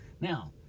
Now